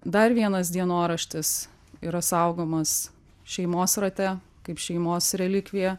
dar vienas dienoraštis yra saugomas šeimos rate kaip šeimos relikvija